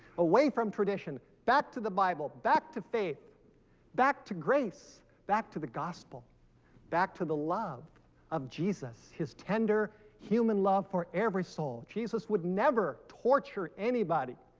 away from tradition back to the bible back to faith back to grace back to the gospel back to the love of jesus his tender human love for every soul jesus would never torture anybody